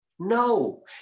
No